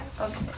okay